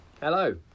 Hello